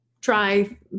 try